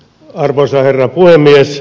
arvoisa herra puhemies